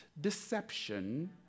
deception